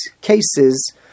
cases